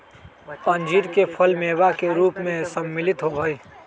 अंजीर के फल मेवा के रूप में सम्मिलित होबा हई